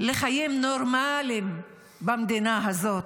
לחיים נורמליים במדינה הזאת?